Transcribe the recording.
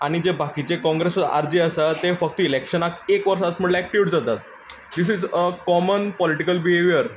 आनी जे बाकीचे कॉंग्रेस वा आरजी आसात ते फक्त इलेक्शनाक एक वर्स आसा म्हणल्यार एक्टिव्ह जातात this is a common political behaviour